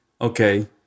Okay